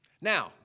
Now